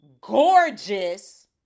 gorgeous